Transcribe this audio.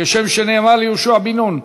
כשם שנאמר ליהושע בן נון,